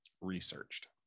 researched